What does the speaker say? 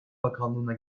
bakanlığına